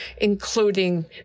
including